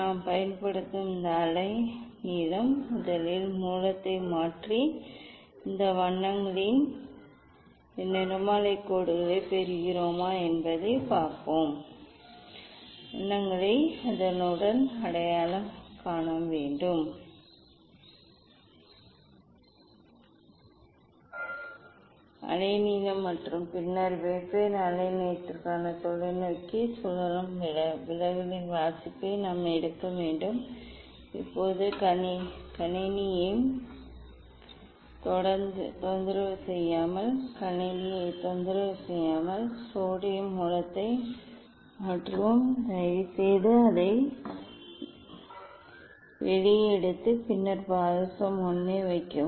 நாம் பயன்படுத்தும் இந்த அலைநீளம் முதலில் மூலத்தை மாற்றி இந்த வண்ணங்களின் இந்த நிறமாலை கோடுகளைப் பெறுகிறோமா என்று பார்ப்போம் பின்னர் வண்ணங்களை அதனுடன் அடையாளம் காண வேண்டும் அலைநீளம் மற்றும் பின்னர் வெவ்வேறு அலைநீளத்திற்கு தொலைநோக்கி சுழலும் விலகலின் வாசிப்பை நாம் எடுக்க வேண்டும் இப்போது கணினியைத் தொந்தரவு செய்யாமல் கணினியைத் தொந்தரவு செய்யாமல் சோடியம் மூலத்தை மாற்றுவோம் தயவுசெய்து அதை வெளியே எடுத்து பின்னர் பாதரசம் 1 ஐ வைக்கவும்